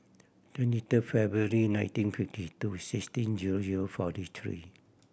twenty third February nineteen fifty two sixteen zero zero forty three